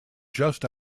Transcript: just